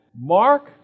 Mark